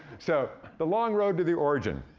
so the long road to the origin.